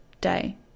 day